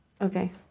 Okay